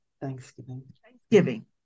thanksgiving